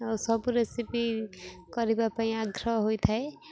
ଆଉ ସବୁ ରେସିପି କରିବା ପାଇଁ ଆଗ୍ରହ ହୋଇଥାଏ